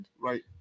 right